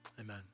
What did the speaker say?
amen